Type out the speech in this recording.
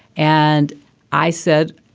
and i said,